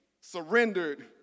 surrendered